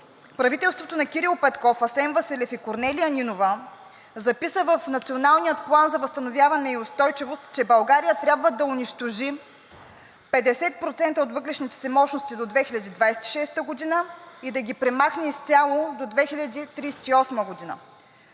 правителството на Кирил Петков, Асен Василев и Корнелия Нинова записа в Националния план за възстановяване и устойчивост, че България трябва да унищожи 50% от въглищните си мощности до 2026 г. и да ги премахне изцяло до 2038 г.